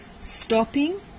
stopping